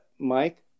Mike